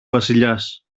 βασιλιάς